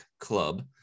Club